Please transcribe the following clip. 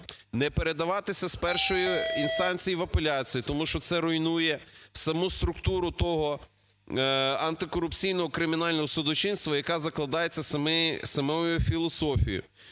не передаватися з першої інстанції в апеляцію, тому що це руйнує саму структуру того антикорупційного кримінального судочинства, яка закладається самою філософією.